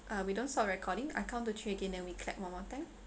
uh we don't stop recording I count to three again then we clap one more time